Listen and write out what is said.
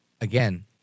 again